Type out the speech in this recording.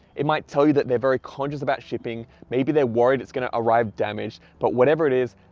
it might tell you that they're very conscious about shipping, maybe they're worried it's gonna arrive damaged, but whatever it is,